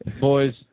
Boys